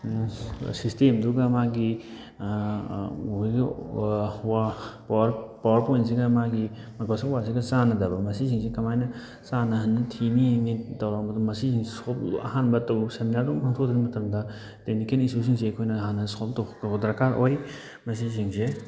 ꯁꯤꯁꯇꯦꯝꯗꯨꯒ ꯃꯥꯒꯤ power power ꯄꯣꯏꯟꯁꯤꯒ ꯃꯥꯒꯤ ꯃꯥꯏꯀ꯭ꯔꯣꯁꯣꯞ ꯋꯥꯔꯗꯁꯤꯒ ꯆꯥꯟꯅꯗꯕ ꯃꯁꯤꯁꯤꯡꯁꯤ ꯀꯃꯥꯏꯅ ꯆꯥꯟꯅꯍꯟꯅꯤ ꯊꯤꯅꯤ ꯇꯧꯔꯝꯕꯗꯨ ꯃꯁꯤꯁꯤꯡꯁꯤ ꯁꯣꯜꯕ ꯑꯍꯥꯟꯕ ꯇꯧꯕ ꯁꯦꯃꯤꯅꯥꯔꯗꯨꯃ ꯄꯥꯡꯊꯣꯛꯇ꯭ꯔꯤꯉꯩ ꯃꯇꯝꯗ ꯇꯦꯛꯅꯤꯀꯦꯜ ꯏꯁꯨ ꯁꯤꯡꯁꯦ ꯑꯩꯈꯣꯏꯅ ꯍꯥꯟꯅ ꯁꯣꯜꯕ ꯇꯧꯊꯣꯛꯄ ꯗꯔꯀꯥꯔ ꯑꯣꯏ ꯃꯁꯤ ꯁꯤꯡꯁꯦ